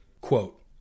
Quote